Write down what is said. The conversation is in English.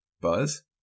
Buzz